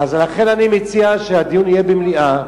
לכן אני מציע שהדיון יהיה במליאה,